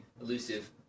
elusive